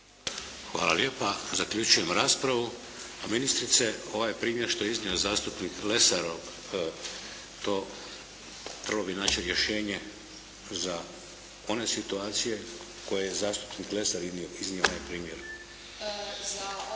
Hvala lijepa. Zaključujem raspravu. Ministrice, ovaj primjer što je iznio zastupnik Lesar, to trebalo bi naći rješenje za one situacije koje je zastupnik Lesar iznio primjer.